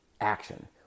action